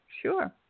sure